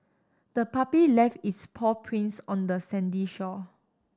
the puppy left its paw prints on the sandy shore